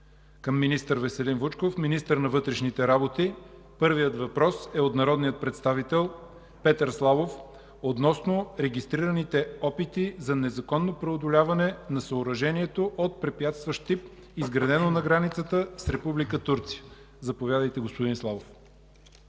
въпроси към Веселин Вучков – министър на вътрешните работи. Първият въпрос е от народния представител Петър Славов – относно регистрираните опити за незаконно преодоляване на съоръжението от препятстващ тип, изградено на границата с Република Турция. Заповядайте, господин Славов.